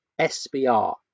SBR